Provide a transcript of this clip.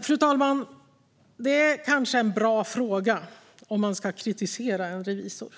Fru talman! Det kanske är en bra fråga om man ska kritisera en revisor.